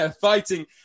fighting